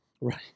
Right